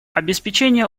обеспечение